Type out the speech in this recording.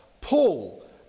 Paul